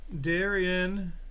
Darian